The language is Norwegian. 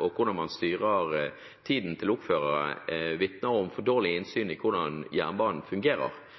og hvordan man styrer tiden til lokførere, vitner om for dårlig innsyn i hvordan jernbanen fungerer.